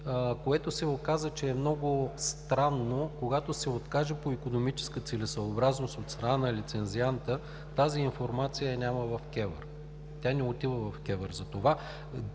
което се оказа, че е много странно, когато се откаже икономическа целесъобразност от страна на лицензианта. Тази информация я няма в КЕВР, тя не отива в КЕВР.